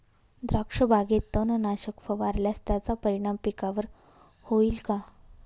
द्राक्षबागेत तणनाशक फवारल्यास त्याचा परिणाम पिकावर होईल का?